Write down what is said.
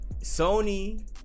Sony